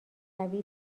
قوی